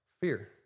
fear